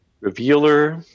revealer